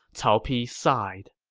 cao pi sighed